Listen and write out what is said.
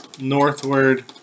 northward